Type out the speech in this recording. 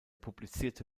publizierte